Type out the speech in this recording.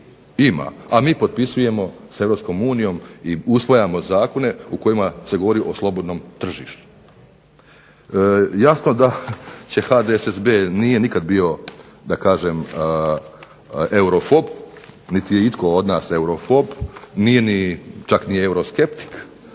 Ima. A mi potpisujemo s EU i usvajamo zakone u kojima se govori o slobodnom tržištu. Jasno da HDSSB nije nikada bio eurofob, niti je nitko od nas eurofob. Nije čak ni euroskeptik,